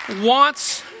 wants